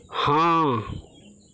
हाँ